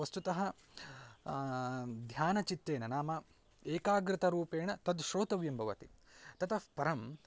वस्तुतः ध्यानचित्तेन नाम एकाग्रतारूपेण तद् श्रोतव्यं भवति ततः परं